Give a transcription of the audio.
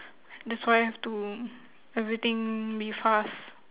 that's why have to everything be fast